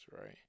right